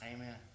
Amen